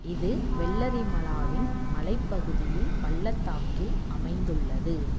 இது வெள்ளரிமலாவின் மலைப்பகுதியில் பள்ளத்தாக்கில் அமைந்துள்ளது